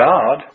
God